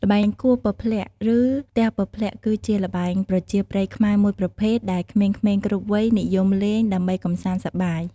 ល្បែង គោះពព្លាក់ ឬ ទះពព្លាក់ គឺជាល្បែងប្រជាប្រិយខ្មែរមួយប្រភេទ ដែលក្មេងៗគ្រប់វ័យនិយមលេង ដើម្បីកម្សាន្តសប្បាយ។